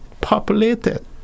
populated